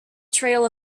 trail